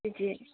बिदि